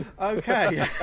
Okay